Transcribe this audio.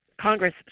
Congress